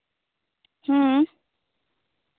ᱦᱮᱸ